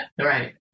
Right